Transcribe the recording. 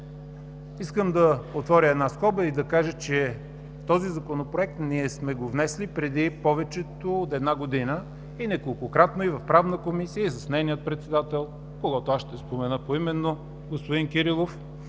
Искам да отворя една скоба и да кажа, че този Законопроект ние сме внесли преди повече от една година и няколкократно в Правна комисия и с нейния председател, когото аз ще спомена поименно – господин Кирилов,